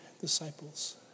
disciples